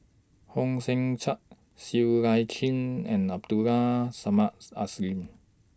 Hong Sek Chern Siow I Chin and Abdul Are Samad